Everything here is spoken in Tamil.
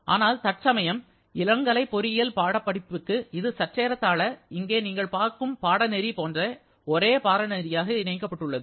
ஆனால் தற்சமயம் இளங்கலை பொறியியல் பட்டப் படிப்புக்கு இது சற்று ஏறத்தாழ இங்கே நீங்கள் பார்க்கும் பாடநெறி போன்று ஒரே பாட நெறியாக இணைக்கப்பட்டுள்ளது